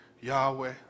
Yahweh